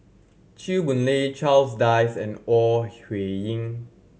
Chew Boon Lay Charles Dyce and Ore Huiying